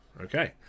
Okay